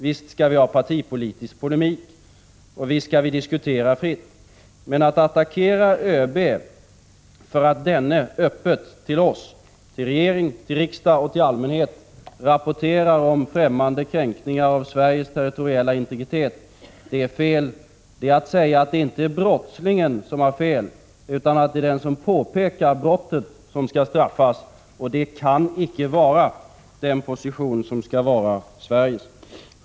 Visst skall vi ha partipolitisk polemik och visst skall vi diskutera fritt, men att attackera ÖB för att denne öppet till oss, till regering, riksdag och allmänhet rapporterar om främmande kränkningar av Sveriges territoriella integritet är fel. Det är att säga att det inte är brottslingen som har fel, utan att det är den som påpekar brottet som skall straffas. Det kan icke vara den position som skall vara Sveriges.